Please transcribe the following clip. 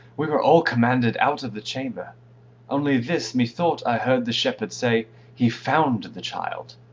we were all commanded out of the chamber only this, methought i heard the shepherd say he found the child.